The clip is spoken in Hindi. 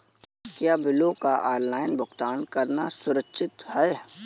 क्या बिलों का ऑनलाइन भुगतान करना सुरक्षित है?